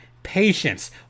patience